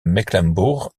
mecklembourg